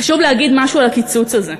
חשוב להגיד משהו על הקיצוץ הזה: